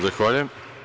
Zahvaljujem.